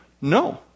No